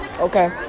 Okay